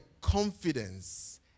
confidence